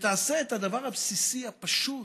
שתעשה את הדבר הבסיסי הפשוט: